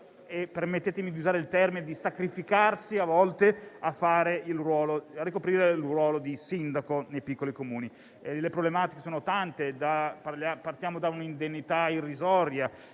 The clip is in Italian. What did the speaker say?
permettetemi di usare questo termine - a sacrificarsi a volte per ricoprire il ruolo di sindaco nei piccoli Comuni. Le problematiche sono tante, a partire da un'indennità irrisoria